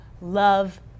love